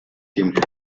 tiempo